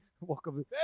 Welcome